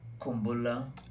Kumbulla